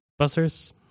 Bussers